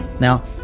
Now